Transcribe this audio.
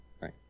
Right